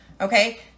Okay